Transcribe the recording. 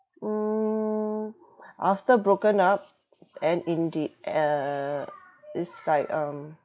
mm after broken up and in the uh it's like um